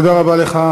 תודה רבה לך.